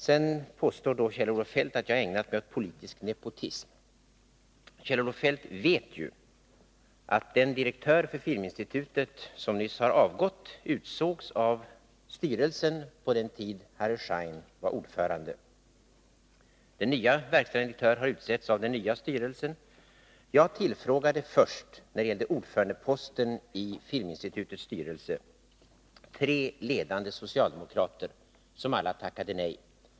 Kjell-Olof Feldt påstår att jag har ägnat mig åt politisk nepotism. Kjell-Olof Feldt vet att den direktör för filminstitutet som nyss har avgått utsågs av styrelsen under den tid då Harry Schein var ordförande. Den nye verkställande direktören har utsetts av den nya styrelsen. När det gällde ordförandeposten i filminstitutets styrelse tillfrågade jag först tre ledande socialdemokrater, som alla tackade nej.